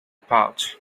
pouch